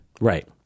Right